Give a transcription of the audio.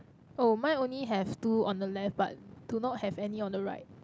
oh mine only have two on the left but do not have any on the right